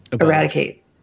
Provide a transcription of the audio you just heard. eradicate